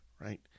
right